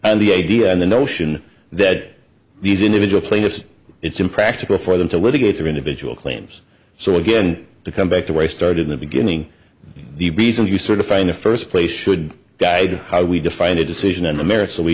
and the idea and the notion that these individual plaintiffs it's impractical for them to litigate their individual claims so again to come back to where i started in the beginning the reason you sort of find the first place should guide how we define a decision in america so we